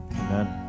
amen